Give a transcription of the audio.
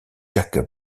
jake